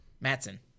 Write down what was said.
Matson